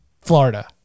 Florida